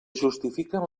justifiquen